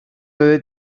fyddi